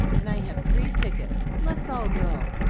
and i have three tickets. let's all go.